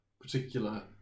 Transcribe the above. particular